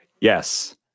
Yes